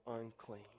unclean